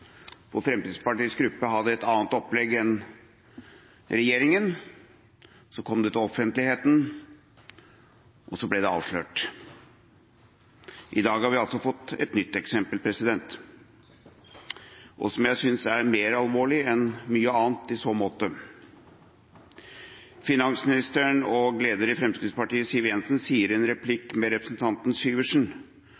Fremskrittspartiets gruppe hadde et annet opplegg enn regjeringen. Så kom det til offentligheten, og så ble det avslørt. I dag har vi fått et nytt eksempel, og som jeg synes er mer alvorlig enn mye annet i så måte. Finansminister, lederen i Fremskrittspartiet, Siv Jensen sier i en svarreplikk til representanten Syversen